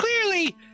clearly